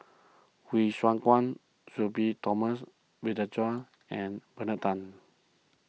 Hsu Tse Kwang Sudhir Thomas Vadaketh and Bernard Tan